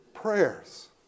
prayers